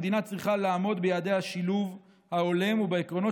המדינה צריכה לעמוד ביעדי השילוב ההולם ובעקרונות